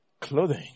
clothing